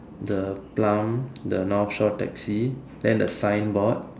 the plum the North shore taxi then the sign board